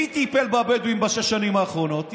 מי טיפל בבדואים בשש השנים האחרונות?